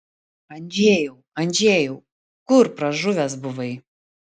andžejau andžejau kur pražuvęs buvai